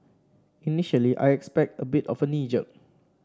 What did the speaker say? initially I expect a bit of a knee jerk